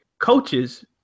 Coaches